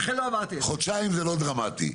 חודשיים זה לא דרמטי.